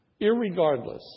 Irregardless